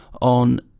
on